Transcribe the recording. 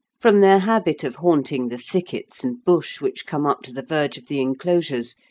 from their habit of haunting the thickets and bush which come up to the verge of the enclosures,